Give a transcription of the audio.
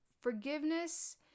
forgiveness